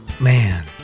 man